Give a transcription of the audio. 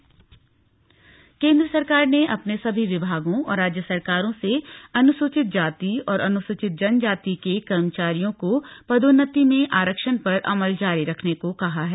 आरक्षण केन्द्र सरकार ने अपने सभी विभागों और राज्य सरकारों से अनुसूचित जाति और अनुसूचित जनजाति के कर्मचारियों को पदोन्नति में आरक्षण पर अमल जारी रखने को कहा है